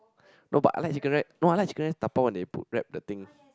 no but I like chicken rice no I like chicken rice dabao when they put wrap the thing